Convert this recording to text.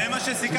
זה מה שסיכמנו.